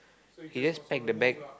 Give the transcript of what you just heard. he just pack the bag